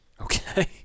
Okay